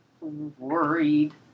worried